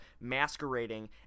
masquerading